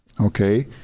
okay